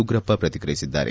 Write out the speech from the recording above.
Ugrappa ಪ್ರತಿಕ್ರಯಿಸಿದ್ದಾರೆ